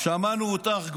שמענו אותך כבר,